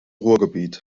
ruhrgebiet